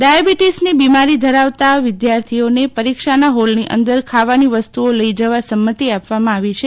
ડાયાબીટીસની બિમારી ધરાવતા વિદ્યાર્થીઓને પરીક્ષાના હોલની અંદર ખાવાની વસ્તુઓ લઈ જવા સંમતિ આપવામાં આવી છે